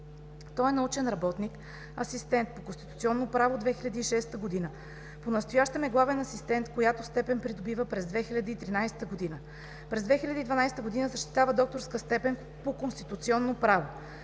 Той е научен работник, асистент по Конституционно право от 2006 г. Понастоящем е главен асистент, която степен придобива през 2013 г. През 2012 г. защитава докторска степен по Конституционно право.